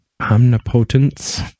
omnipotence